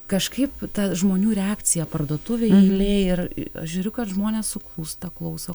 kažkaip ta žmonių reakcija parduotuvėj eilėj ir aš žiūriu kad žmonės suklūsta klauso